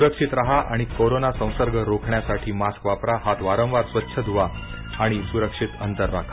सुरक्षित राहा आणि कोरोना संसर्ग रोखण्यासाठी मास्क वापरा हात वारंवार स्वच्छ धुवा आणि सुरक्षित अंतर राखा